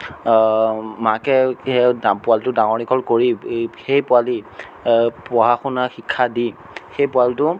মাকে পোৱালিটো ডাঙৰ দীঘল কৰি এই সেই পোৱালী পঢ়া শুনা শিক্ষা দি সেই পোৱালীটো